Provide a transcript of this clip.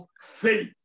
faith